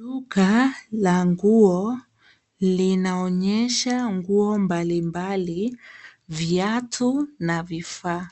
Duka la nguo linaonyesha nguo mbalimbali, viatu na vifaa.